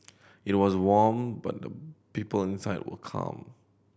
it was warm but the people inside were calm